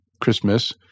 Christmas